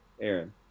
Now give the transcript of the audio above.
Aaron